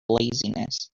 laziness